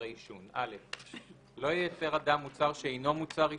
עישון 7א. (א)לא ייצר אדם מוצר שאינו מוצר עישון,